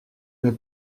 mets